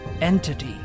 entity